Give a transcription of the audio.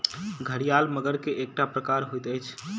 घड़ियाल मगर के एकटा प्रकार होइत अछि